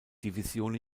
division